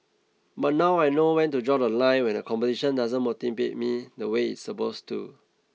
but now I know when to draw the line when the competition doesn't motivate me the way it's supposed to